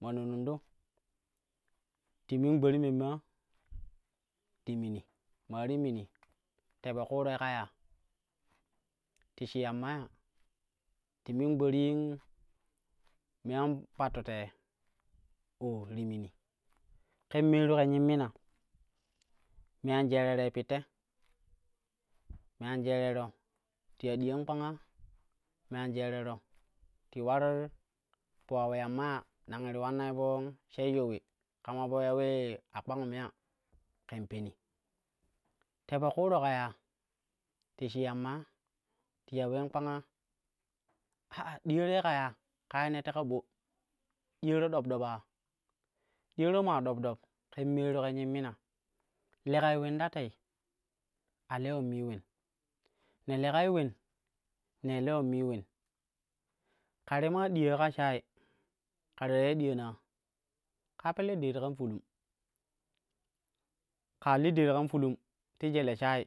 Ma nonondo ti min gba ti menne ya, ti mimi, maa ti mimi te fo ƙunrei ka ya, ti shi yamma ya, ti min gba ti me an patto tei, oo ti mini, ken meeru ken nyimmina me anjerorei pitte, me an jerero ti ya diyan kpang ya, me anjerero ti ular for ulaul yamma ya, nan ti ulannai po sheiyo ule kama po ya ulee a kpangum ya ƙen peni. Te po ƙuuro ka ya, ti shi yamma ya, ti ya uleen kpang ya ɗiyarai ka ya, ja ye ne teka ɓo diyara dop dop ya diyara maa dop dop ken meem ƙen meeru ken nyimmina lekai ulen ta tei a lweonmii uleen ne lekai ulen, nei lewon mii ulen kare maa diya ka shayi, kare ta iya diyani ya, ƙaa pelle deet kam fulum, ka ta li deet kam fulum ti jele shayi